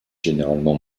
généralement